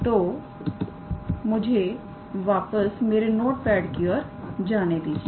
तो मुझे वापस मेरे नोट पैड की और जाने दीजिए